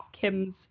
Kim's